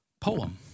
poem